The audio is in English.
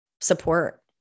support